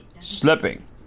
slipping